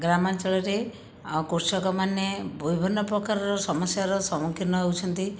ଗ୍ରାମାଞ୍ଚଳରେ କୃଷକମାନେ ବିଭିନ୍ନ ପ୍ରକାରର ସମସ୍ୟାର ସମ୍ମୁଖୀନ ହେଉଛନ୍ତି